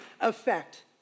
effect